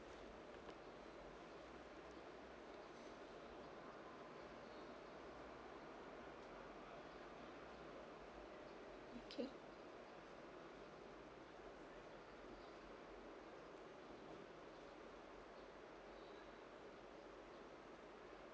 okay